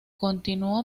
continuó